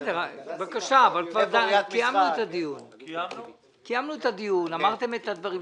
אמר את הדברים שלו.